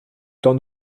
t’en